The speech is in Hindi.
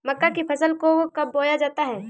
मक्का की फसल को कब बोया जाता है?